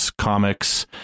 Comics